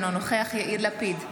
אינו נוכח יאיר לפיד,